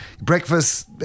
breakfast